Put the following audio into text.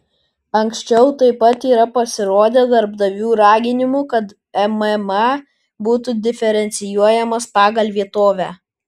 anksčiau taip pat yra pasirodę darbdavių raginimų kad mma būtų diferencijuojamas pagal vietovę